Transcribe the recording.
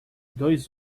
dois